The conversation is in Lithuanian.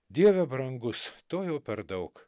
dieve brangus to jau per daug